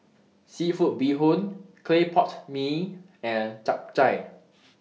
Seafood Bee Hoon Clay Pot Mee and Chap Chai